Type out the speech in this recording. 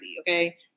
okay